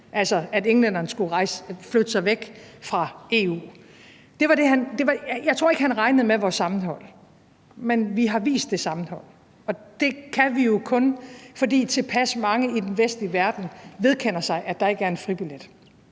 altså at englænderen skulle flytte sig væk fra EU. Jeg tror ikke, han regnede med vores sammenhold. Men vi har vist det sammenhold, og det kan vi jo kun, fordi tilpas mange i den vestlige verden vedkender sig, at der ikke er en fribillet.